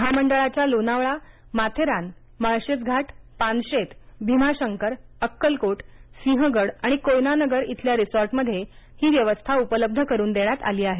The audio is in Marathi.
महामंडळाच्या लोणावळा माथेरान माळशेज घाट पानशेत भीमाशंकर अक्कलकोट सिंहगड आणि कोयनानगर इथल्या रिसॉर्टमध्ये ही व्यवस्था उपलब्ध करून देण्यात आली आहे